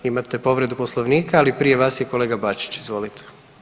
Imate povredu Poslovnika ali prije vas je kolega Bačić, izvolite.